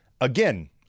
again